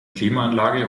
klimaanlage